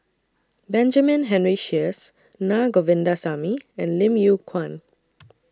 Benjamin Henry Sheares Na Govindasamy and Lim Yew Kuan